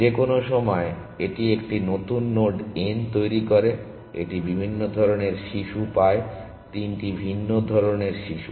যে কোনো সময় এটি একটি নতুন নোড n তৈরি করে এটি বিভিন্ন ধরণের শিশু পায় তিনটি ভিন্ন ধরণের শিশু